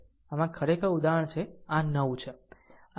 આમ આ ખરેખર ઉદાહરણ છે આ આ 9 છે